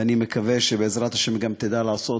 ואני מקווה שבעזרת השם היא גם תדע לעשות,